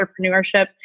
entrepreneurship